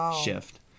shift